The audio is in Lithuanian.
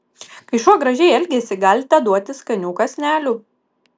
kai šuo gražiai elgiasi galite duoti skanių kąsnelių